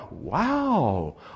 wow